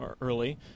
early